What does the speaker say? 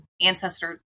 ancestor